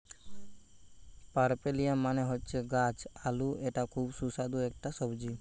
পার্পেলিয়াম মানে হচ্ছে গাছ আলু এটা খুব সুস্বাদু একটা সবজি